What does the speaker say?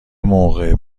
موقع